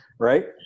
Right